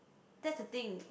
that's the thing